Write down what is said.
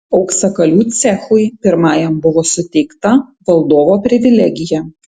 auksakalių cechui pirmajam buvo suteikta valdovo privilegija